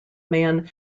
man